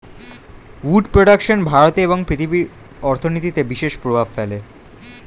would production ভারতে এবং পৃথিবীর অর্থনীতিতে বিশেষ প্রভাব ফেলে